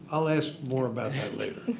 i'll ask more about that later.